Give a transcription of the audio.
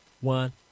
one